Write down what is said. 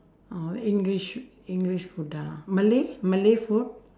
oh english english food ah malay malay food